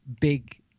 big